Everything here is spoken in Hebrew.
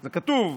זה כתוב,